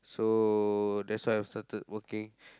so that's why I have started working